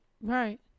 right